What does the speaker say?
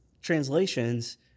translations